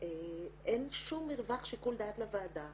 אין שום מרווח שיקול דעת לוועדה